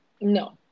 No